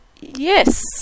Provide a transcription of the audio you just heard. Yes